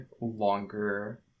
longer